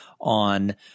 on